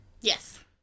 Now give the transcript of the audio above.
Yes